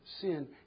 sin